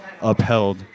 upheld